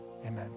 Amen